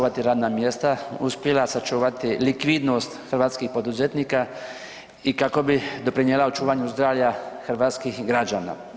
radna mjesta, uspjela sačuvati likvidnost hrvatskih poduzetnika i kako bi doprinijela očuvanju zdravlja hrvatskih građana.